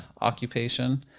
occupation